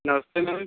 नमस्ते मैम